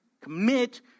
Commit